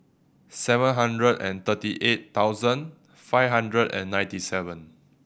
seven hundred and thirty eight thousand five hundred and ninety seven